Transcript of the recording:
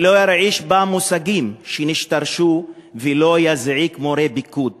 ולא ירעיש בה מושגים שנשתרשו ולא יזעיק מורי פיקוד